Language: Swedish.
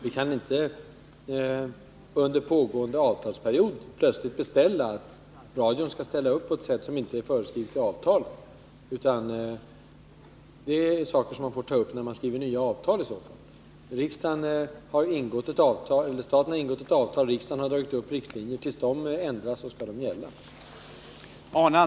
Vi kan inte under pågående avtalsperiod plötsligt kräva att radion skall ställa upp på ett sätt som inte har föreskrivits i avtalet. Det är saker som mani så fall får ta upp när man skriver nya avtal. Staten har ingått ett avtal; då har riksdagen dragit upp riktlinjer. Tills de ändras skall de gälla.